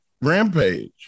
rampage